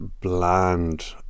bland